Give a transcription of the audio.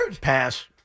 Pass